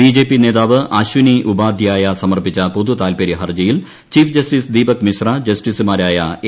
BJP നേതാവ് അശ്വിനി ഉപാധ്യായ സമർപ്പിച്ച പൊതുതാൽപരൃ ഹർജിയിൽ ചീഫ് ജസ്റ്റിസ് ദീപക് മിശ്ര ജസ്റ്റിസുമാരായ എ